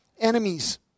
enemies